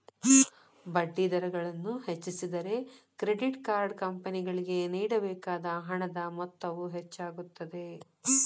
ಬಡ್ಡಿದರಗಳನ್ನು ಹೆಚ್ಚಿಸಿದರೆ, credit card ಕಂಪನಿಗಳಿಗೆ ನೇಡಬೇಕಾದ ಹಣದ ಮೊತ್ತವು ಹೆಚ್ಚಾಗುತ್ತದೆ